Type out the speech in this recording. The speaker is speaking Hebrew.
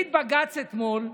בג"ץ החליט אתמול,